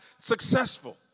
successful